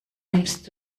nimmst